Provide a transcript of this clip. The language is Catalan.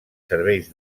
serveis